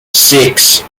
six